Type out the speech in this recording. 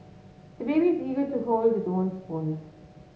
the baby's eager to hold his own spoon